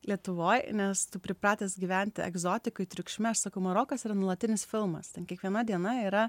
lietuvoj nes tu pripratęs gyventi egzotikoj triukšme aš sakau marokas yra nuolatinis filmas tad kiekviena diena yra